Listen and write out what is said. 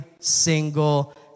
single